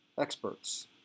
Experts